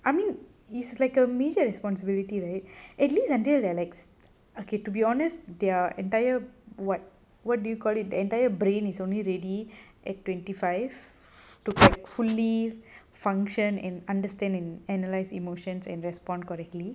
I mean is like a major responsibility right at least until they are like to be honest their entire what what do you call it the entire brain is only ready at twenty five to fully function and understanding analyse emotions and respond correctly